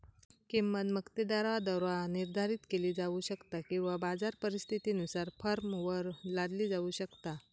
किंमत मक्तेदाराद्वारा निर्धारित केली जाऊ शकता किंवा बाजार परिस्थितीनुसार फर्मवर लादली जाऊ शकता